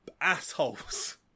Assholes